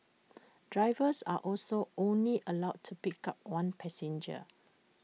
drivers are also only allowed to pick up one passenger